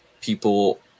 people